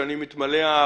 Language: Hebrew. שאמונה על